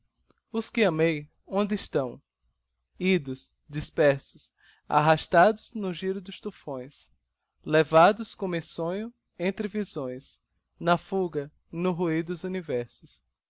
que amei onde estão idos dispersos arrastados no gyro dos tufões levados como em sonho entre visões na fuga no ruir dos universos